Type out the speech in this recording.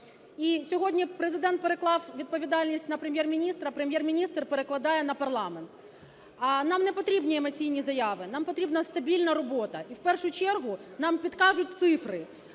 сьогодні Президент переклав відповідальність на Прем’єр-міністра, Прем’єр-міністр перекладає на парламент. А нам не потрібні емоційні заяви, нам потрібна стабільна робота, і в першу чергу нам підкажуть цифри